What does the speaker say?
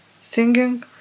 singing